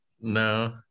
No